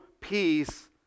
peace